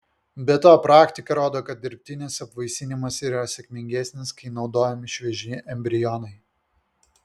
be to praktika rodo kad dirbtinis apvaisinimas yra sėkmingesnis kai naudojami švieži embrionai